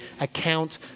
account